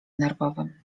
nerwowym